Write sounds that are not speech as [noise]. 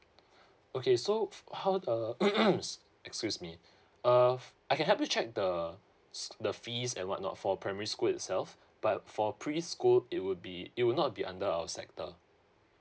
okay so how uh [coughs] s~ excuse me uh I can help you check the s~ the fees and what not for primary school itself but for preschool it would be it would not be under our sector